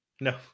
No